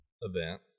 event